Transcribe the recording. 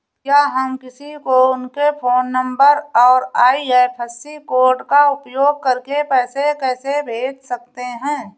क्या हम किसी को उनके फोन नंबर और आई.एफ.एस.सी कोड का उपयोग करके पैसे कैसे भेज सकते हैं?